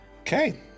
Okay